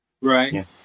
Right